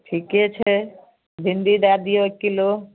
ठीके छै भिंडी दै दिऔ एक किलो